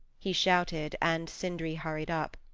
he shouted and sindri hurried up.